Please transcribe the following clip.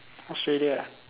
Australia ah